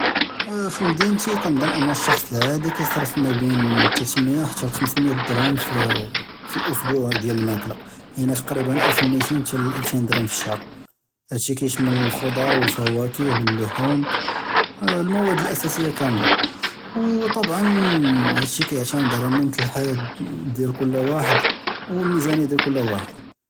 פי מדינתי, כנזן אן אלשכּץ אלעאדי כיצרף מאבין תלתמיא חתא לחמסמיא דירהם פי אלאסבוע דיאל אלמאכלא יעני תקראיבן אלף ומיתין תאל אלפין דירהם פי אלשהר האד אלשי כישמל אלחצ'אר ואלפוואכה ואללחום ואלמוואד אלאסאסיה כמלא וטבען האד אלשי כיעתאמד עלא נמט אלחיאת דיאל כל ואחד ואלמיזאניה דיאל כל ואחד.